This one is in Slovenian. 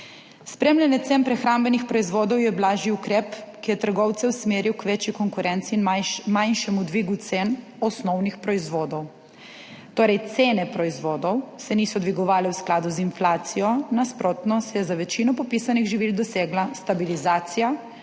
Spremljanje cen prehrambnih proizvodov je blažji ukrep, ki je trgovce usmeril k večji konkurenci in manjšemu dvigu cen osnovnih proizvodov. Torej cene proizvodov se niso dvigovale v skladu z inflacijo, nasprotno, se je za večino popisanih živil dosegla stabilizacija